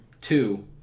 Two